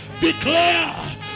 Declare